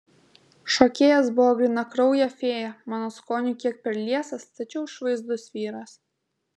šokėjas buvo grynakraujė fėja mano skoniui kiek per liesas tačiau išvaizdus vyras